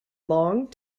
long